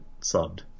subbed